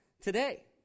today